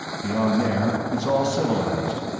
beyond there, it's all civilized.